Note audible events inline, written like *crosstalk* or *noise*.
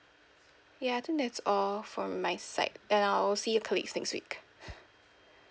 ya I think that's all from my side and I'll see your colleagues next week *laughs*